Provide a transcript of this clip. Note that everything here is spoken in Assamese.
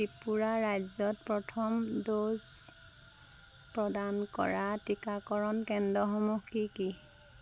ত্ৰিপুৰা ৰাজ্যত প্ৰথম ড'জ প্ৰদান কৰা টীকাকৰণ কেন্দ্ৰসমূহ কি কি